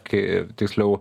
kai tiksliau